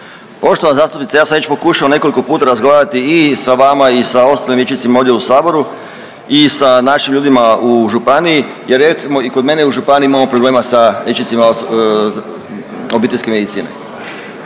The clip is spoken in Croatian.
Poštovana zastupnice, ja sam već pokušao u nekoliko puta razgovarati i sa vama i sa ostalim liječnicima ovdje u saboru i sa našim ljudima u županiji i recimo i kod mene u županiji imamo problema sa liječnicima obiteljske medicine.